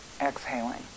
exhaling